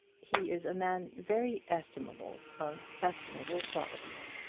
he is a man very estimable of estimable qualities.